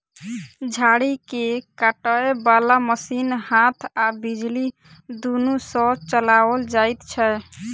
झाड़ी के काटय बाला मशीन हाथ आ बिजली दुनू सँ चलाओल जाइत छै